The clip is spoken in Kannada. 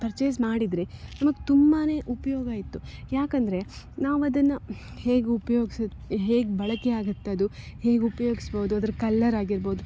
ಪರ್ಚೇಸ್ ಮಾಡಿದರೆ ನಮಗೆ ತುಂಬಾ ಉಪಯೋಗ ಇತ್ತು ಯಾಕೆಂದ್ರೆ ನಾವದನ್ನು ಹೇಗೆ ಉಪ್ಯೋಗ್ಸುತ್ತೆ ಹೇಗೆ ಬಳಕೆ ಆಗತ್ತದು ಹೇಗೆ ಉಪಯೋಗ್ಸ್ಬೋದು ಅದರ ಕಲ್ಲರಾಗಿರ್ಬೋದು